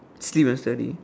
sleep and study